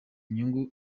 inyungu